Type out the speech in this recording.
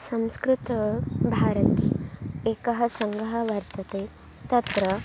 संस्कृतं भारती एकः सङ्घः वर्तते तत्र